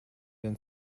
than